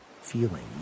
feeling